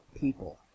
People